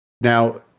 Now